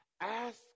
ask